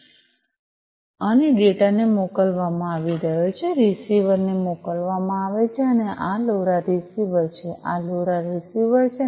તેથી ડેટા મોકલવામાં આવી રહ્યો છે અને ડેટા ને મોકલવામાં આવી રહ્યો છે રીસીવર ને મોકલવામાં આવે છે અને આ આ લોરા રીસીવર છે આ લોરા રીસીવર છે